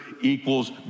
equals